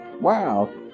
Wow